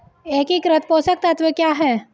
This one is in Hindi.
एकीकृत पोषक तत्व क्या है?